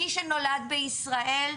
מי שנולד בישראל,